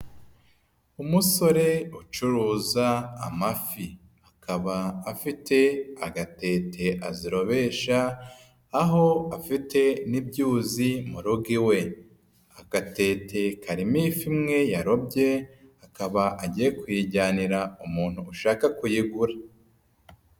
Umusore ucuruza amafi. Akaba afite agatete azirobesha, aho afite n'ibyuzi mu rugo iwe. Agantete karimo ifu imwe yarobye, akaba agiye kuyijyanira umuntu ushaka kuyigura.